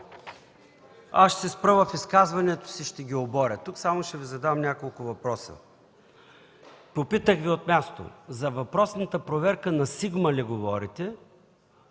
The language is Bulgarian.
си ще се спра на тях и ще ги оборя. Тук само ще Ви задам няколко въпроса. Попитах Ви от място за въпросната проверка на „Сигма” ли говорите?